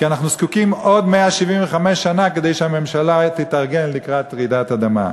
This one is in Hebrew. כי אנחנו זקוקים עוד ל-175 שנה כדי שהממשלה תתארגן לקראת רעידת אדמה.